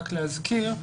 רק להזכיר,